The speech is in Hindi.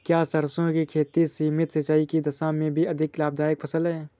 क्या सरसों की खेती सीमित सिंचाई की दशा में भी अधिक लाभदायक फसल है?